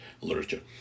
literature